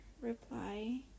reply